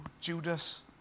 Judas